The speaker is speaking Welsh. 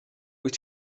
wyt